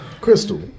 Crystal